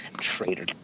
traitor